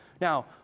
Now